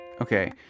okay